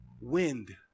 Wind